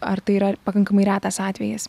ar tai yra pakankamai retas atvejis